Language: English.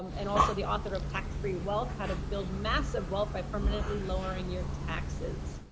um and also the author of tax free wealth, how to build massive wealth by permanently lowering your taxes.